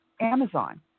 Amazon